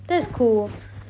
does~